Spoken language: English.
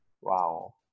Wow